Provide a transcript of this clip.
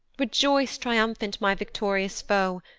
rejoice triumphant, my victorious foe,